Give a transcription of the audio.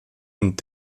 und